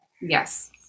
Yes